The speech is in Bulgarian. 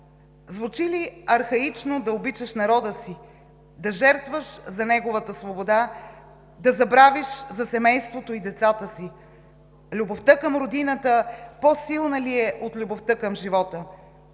Звучи ли архаично да обичаш народа си, да жертваш живота си за неговата свобода, да забравиш за семейството и децата си? Любовта към родината по-силна ли е от любовта към живота?